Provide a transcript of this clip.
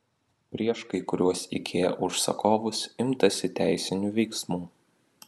prieš kai kuriuos ikea užsakovus imtasi teisinių veiksmų